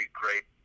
great